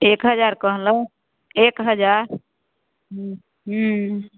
एक हजार कहलहुँ एक हजार हुँ